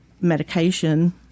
medication